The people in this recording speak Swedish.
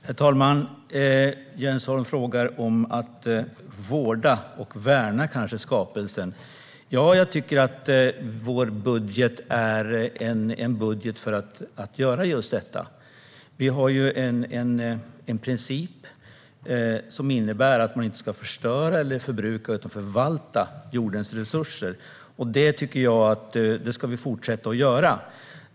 Herr talman! Jens Holm talar om att vårda och värna skapelsen. Ja, jag tycker att vår budget är en budget för att göra detta. Vi har en princip som innebär att man inte ska förstöra eller förbruka utan i stället förvalta jordens resurser. Detta ska vi fortsätta att göra.